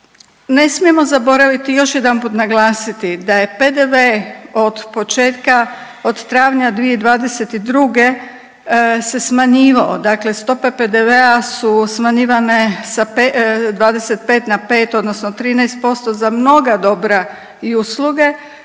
Ne smijemo zaboraviti još jedanput naglasiti da je PDV od početka, od travnja 2022. se smanjivao, dakle stope PDV-a su smanjivane sa 25 na 5 odnosno 13% za mnoga dobra i usluge